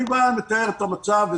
אני מתאר את המצב.